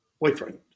boyfriend